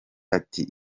ati